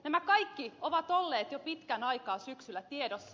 nämä kaikki ovat olleet jo pitkän aikaa syksyllä tiedossa